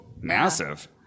massive